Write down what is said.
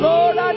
Lord